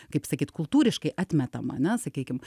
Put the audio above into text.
kaip sakyt kultūriškai atmetama ane sakykim